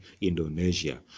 Indonesia